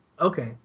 Okay